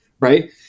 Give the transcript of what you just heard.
right